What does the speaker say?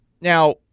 Now